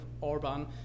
Orban